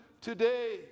today